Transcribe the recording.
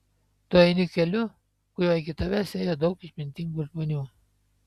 tu eini keliu kuriuo iki tavęs ėjo daug išmintingų žmonių